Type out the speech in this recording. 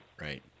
Right